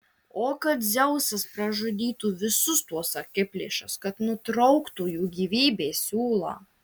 o kad dzeusas pražudytų visus tuos akiplėšas kad nutrauktų jų gyvybės siūlą